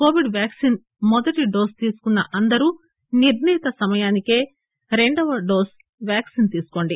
Covid vaccine మొదటి dose తీసుకున్న అందరూ నిర్ణీత సమయానికే రెండవ డోసు వ్యాక్సి తీసుకోండి